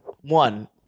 one